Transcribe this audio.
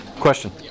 question